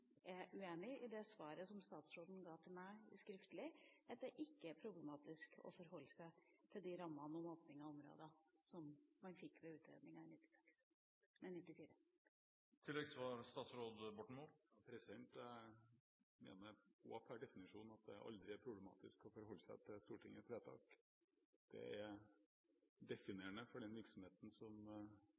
ga til Venstre skriftlig, at det ikke er problematisk å forholde seg til de rammene om åpning av områder som man fikk ved utredninga i 1994. Jeg mener også per definisjon at det aldri er problematisk å forholde seg til Stortingets vedtak. Det er definerende for den virksomheten som